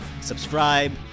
subscribe